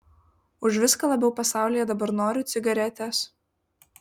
už viską labiau pasaulyje dabar noriu cigaretės